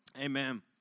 Amen